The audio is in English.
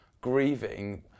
grieving